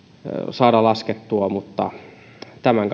saada laskettua mutta tämän